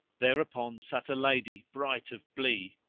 thereupon sat a lady bright of blee,